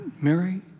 Mary